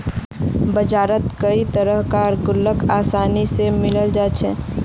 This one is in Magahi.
बजारत कई तरह कार गुल्लक आसानी से मिले जा छे